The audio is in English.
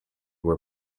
were